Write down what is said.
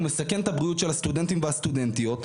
מסכן את הבריאות של הסטודנטים והסטודנטיות.